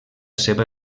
seva